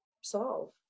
solve